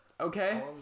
Okay